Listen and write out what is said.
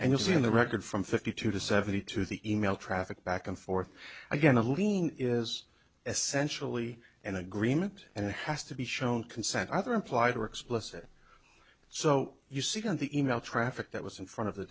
and you see in the record from fifty two to seventy two the e mail traffic back and forth again alina is essentially an agreement and it has to be shown consent either implied or explicit so you see on the e mail traffic that was in front of the